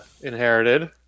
inherited